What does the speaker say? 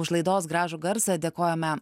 už laidos gražų garsą dėkojame